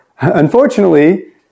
unfortunately